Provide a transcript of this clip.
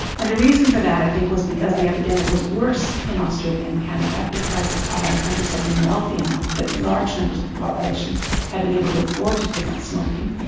and the reason for that, i think, was because the epidemic was worse in australia and canada because ah the countries had been wealthy enough that large numbers of the population had been able to afford to pick up smoking.